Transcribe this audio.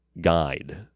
guide